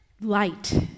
light